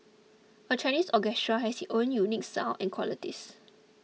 a Chinese orchestra has its own unique sound in qualities